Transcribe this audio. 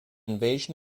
invasion